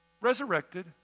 Resurrected